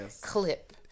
clip